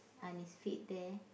on his feet there